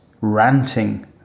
ranting